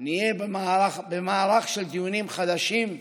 נהיה במהלך של דיונים חדשים,